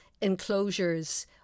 enclosures